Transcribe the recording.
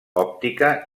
òptica